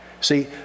See